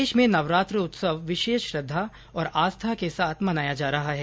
प्रदेश में नवरात्र उत्सव विशेष श्रद्धा और आस्था के साथ मनाया जा रहा है